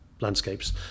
landscapes